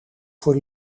voor